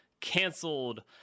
canceled